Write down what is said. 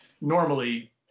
normally